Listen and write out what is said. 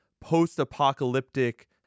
post-apocalyptic